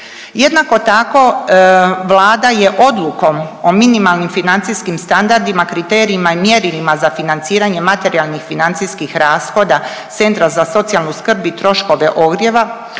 Jednako tako, Vlada je Odlukom o minimalnim financijskim standardima, kriterijima i mjerilima za financiranje materijalnih financijskih rashoda Centra za socijalnu skrb i troškove ogrjeva